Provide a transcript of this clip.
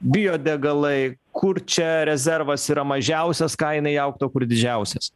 biodegalai kur čia rezervas yra mažiausias kainai augt o kur didžiausias